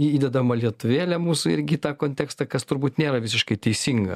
įdedama lietuvėlė mūsų irgi į tą kontekstą kas turbūt nėra visiškai teisinga